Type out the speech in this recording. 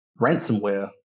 ransomware